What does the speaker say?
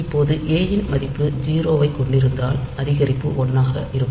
இப்போது ஏ யின் மதிப்பு 0 ஐக் கொண்டிருந்தால் அதிகரிப்பு 1 ஆக இருக்கும்